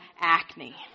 acne